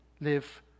live